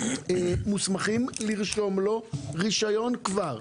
מוסמכים לרשום לו רישיון, כבר.